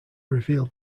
revealed